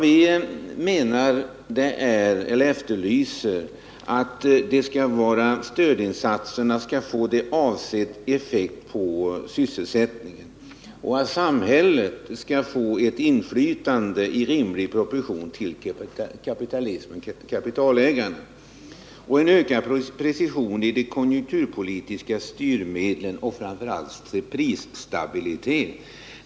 Vad vi efterlyser är stödinsatser som får avsedd effekt på sysselsättningen och ett samhällsinflytande som står i rimlig proportion till kapitalägarnas, en ökad precision i de konjunkturpolitiska styrmedlen och framför allt prisstabilitet.